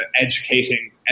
educating